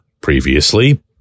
previously